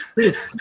Please